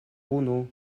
unu